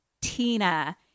Tina